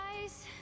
guys